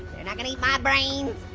they're not gonna eat my brains.